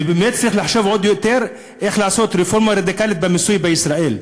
ובאמת צריך לחשוב עוד יותר איך לעשות רפורמה רדיקלית במיסוי בישראל.